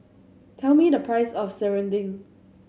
tell me the price of serunding